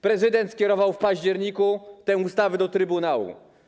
Prezydent skierował w październiku tę ustawę do trybunału.